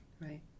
Right